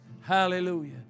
hallelujah